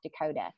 Dakota